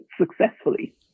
successfully